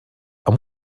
amb